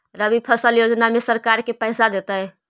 रबि फसल योजना में सरकार के पैसा देतै?